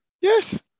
Yes